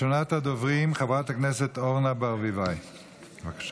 ראשונת הדוברים, חברת הכנסת אורנה ברביבאי, בבקשה.